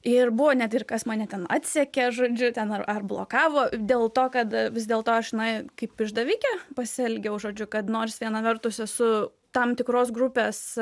ir buvo net ir kas mane ten atsekė žodžiu ten ar ar blokavo dėl to kad vis dėlto aš na kaip išdavikė pasielgiau žodžiu kad nors viena vertus esu tam tikros grupės